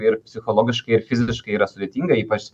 ir psichologiškai ir fiziškai yra sudėtinga ypač